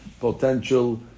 potential